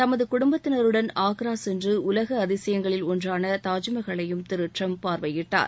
தனது குடும்பத்தினருடன் ஆக்ரா சென்று உலக அதிசயங்களில் ஒன்றான தாஜ்மஹாலை திரு டிரம்ப் பார்வையிட்டார்